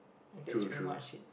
that's very much it